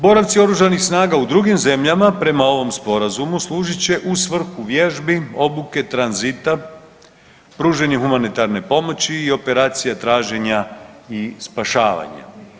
Boravci OS-a u drugim zemljama prema ovom Sporazumu, služit će u svrhu vježbi, obuke, tranzita, pružanje humanitarne pomoći i operacija traženja i spašavanja.